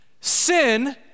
sin